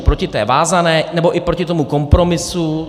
Proti té vázané, nebo i proti tomu kompromisu?